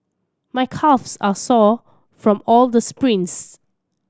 my calves are sore from all the sprints